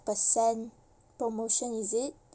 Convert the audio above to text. percent promotion is it